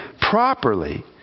properly